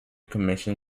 commission